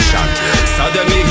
Saddam